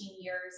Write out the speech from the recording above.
years